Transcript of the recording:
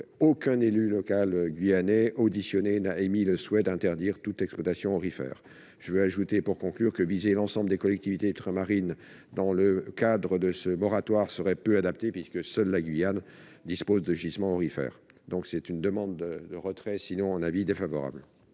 aucun élu local guyanais n'a émis le souhait d'interdire toute exploitation aurifère. Je veux ajouter, pour conclure, que viser l'ensemble des collectivités ultramarines dans le cadre de ce moratoire serait peu adapté, car seule la Guyane dispose de gisements aurifères. La commission demande le retrait de cet amendement